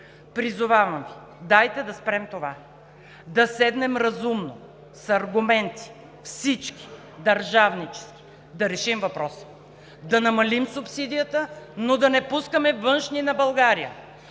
Призовавам Ви: дайте да спрем това, да седнем разумно, с аргументи и всички държавнически да решим въпроса – да намалим субсидията, но да не пускаме външни на България